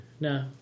no